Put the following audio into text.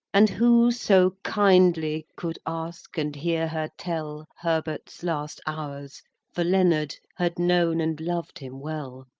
and who so kindly could ask and hear her tell herbert's last hours for leonard had known and loved him well.